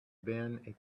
been